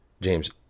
James